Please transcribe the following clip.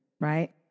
right